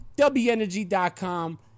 Wenergy.com